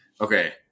Okay